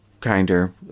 kinder